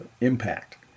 impact